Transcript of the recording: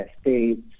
states